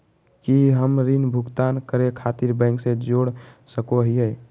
की हम ऋण भुगतान करे खातिर बैंक से जोड़ सको हियै?